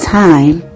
time